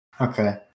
Okay